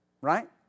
Right